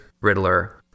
Riddler